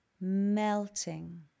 Melting